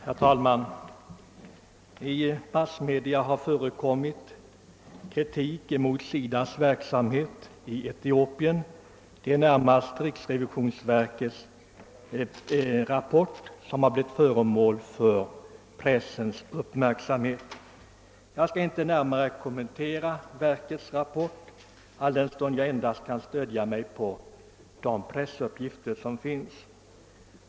Herr talman! I massmedia har kritik riktats mot SIDA:s verksamhet i Etiopien — det är närmast riksrevisionsverkets rapport som blivit föremål för pressens uppmärksamhet. Jag skall inte närmare kommentera denna rapport, alldenstund jag endast kan stödja mig på de pressuppgifter som finns.